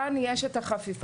כאן יש חפיפה.